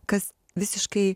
kas visiškai